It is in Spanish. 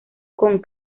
con